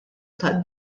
tad